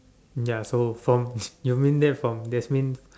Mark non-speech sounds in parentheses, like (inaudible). ya so from (breath) you mean that from that's mean